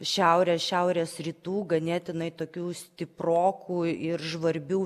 šiaurės šiaurės rytų ganėtinai tokių stiprokų ir žvarbių